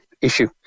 issue